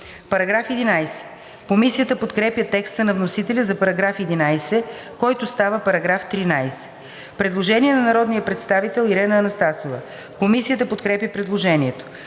става ал. 10.“ Комисията подкрепя текста на вносителя за § 11, който става § 13. Предложение на народния представител Ирена Анастасова. Комисията подкрепя предложението.